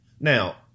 Now